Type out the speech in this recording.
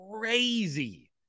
crazy